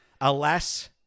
alas